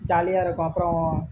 ஜாலியாக இருக்கும் அப்புறம்